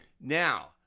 Now